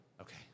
Okay